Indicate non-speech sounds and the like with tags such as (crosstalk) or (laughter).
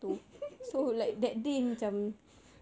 (laughs)